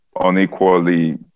unequally